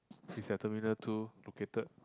she's at terminal two located